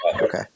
Okay